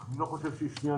אני לא חושב שהיא שנייה.